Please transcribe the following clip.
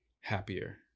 happier